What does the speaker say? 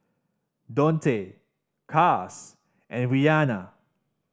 Dontae Cas and Rianna